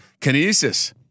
Kinesis